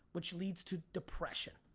which leads to depression.